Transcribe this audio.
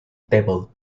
table